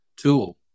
tool